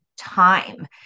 time